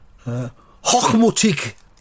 Hochmutig